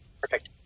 Perfect